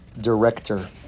director